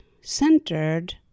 centered